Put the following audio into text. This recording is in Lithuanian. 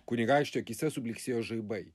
kunigaikščio akyse sublyksėjo žaibai